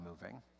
moving